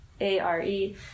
A-R-E